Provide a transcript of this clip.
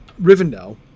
Rivendell